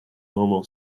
normal